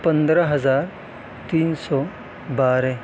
پندرہ ہزار تین سو بارہ